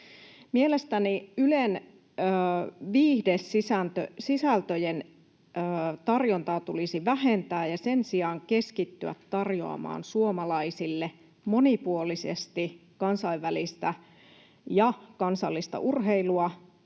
Mielestäni Ylen viihdesisältöjen tarjontaa tulisi vähentää ja sen sijaan keskittyä tarjoamaan suomalaisille monipuolisesti kansainvälistä ja kansallista urheilua